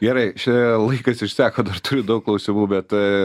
gerai čia laikas išseko dar turiu daug klausimų bet a